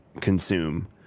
consume